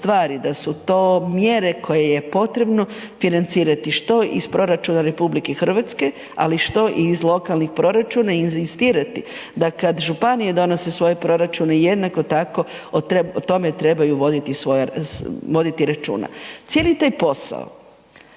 stvari, da su to mjere koje je potrebno financirati što iz proračuna RH, ali što i iz lokalnih proračuna i inzistirati da kad županije donose svoje proračune jednako tako o tome trebaju voditi računa. Cijeli taj posao